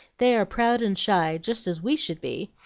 they are proud and shy, just as we should be